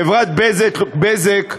חברת "בזק",